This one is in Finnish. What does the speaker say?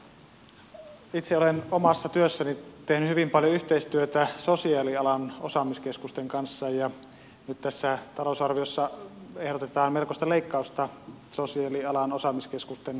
itse olen omassa työssäni tehnyt hyvin paljon yhteistyötä sosiaalialan osaamiskeskusten kanssa ja nyt tässä talousarviossa ehdotetaan melkoista leikkausta sosiaalialan osaamiskeskusten toimintaan